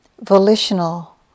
volitional